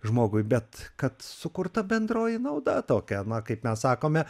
žmogui bet kad sukurta bendroji nauda tokia na kaip mes sakome